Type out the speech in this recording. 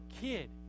kid